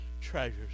treasures